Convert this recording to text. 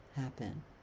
happen